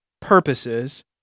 purposes